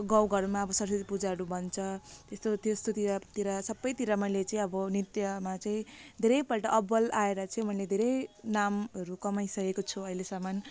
गाउँघरमा अब सरस्वती पूजाहरू भन्छ त्यस्तोतिर यस्तोतिर सबैतिर मैले चाहिँ अब नृत्यमा चाहिँ धेरैपल्ट अब्बल आएर चाहिँ मैले धेरै नामहरू कमाइसकेको छु अहिलेसम्म